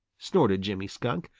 snorted jimmy skunk,